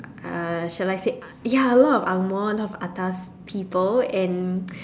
uh shall I say uh ya lot of angmoh a lot of atas people and